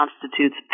constitutes